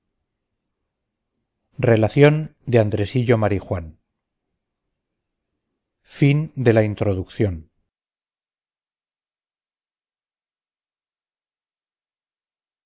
relación de andresillo marijuán